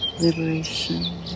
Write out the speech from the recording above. Liberation